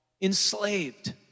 enslaved